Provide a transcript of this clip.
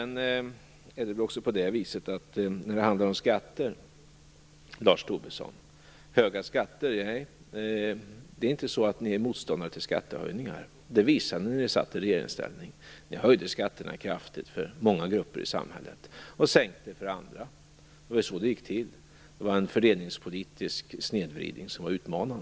När det sedan handlar om skatter, Lars Tobisson, vill jag säga att ni inte är motståndare till skattehöjningar. Det visade ni när ni satt i regeringsställning. Ni höjde skatterna kraftigt för många grupper i samhället och sänkte dem för andra. Det var så det gick till. Det var en utmanande fördelningspolitisk snedvridning.